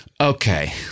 Okay